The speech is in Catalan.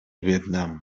vietnam